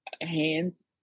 hands